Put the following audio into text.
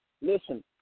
listen